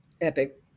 epic